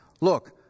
look